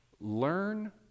Learn